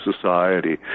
society